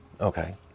okay